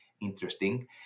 interesting